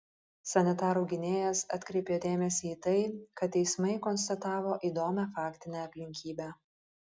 sanitarų gynėjas atkreipė dėmesį į tai kad teismai konstatavo įdomią faktinę aplinkybę